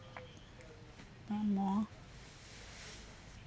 one more